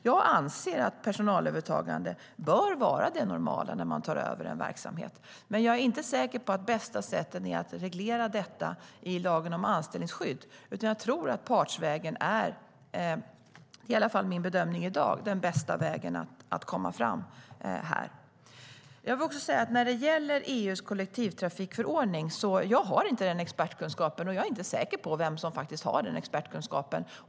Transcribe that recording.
Jag anser att personalövertagande bör vara det normala när man tar över en verksamhet, men jag är inte säker på att det bästa sättet är att reglera detta i lagen om anställningsskydd. Min bedömning i dag är att partsvägen är den bästa vägen att komma fram. När det gäller EU:s kollektivtrafikförordning har jag inte den expertkunskapen, och jag är heller inte säker på vem som har den expertkunskapen.